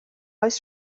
oes